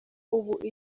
ubu